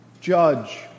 judge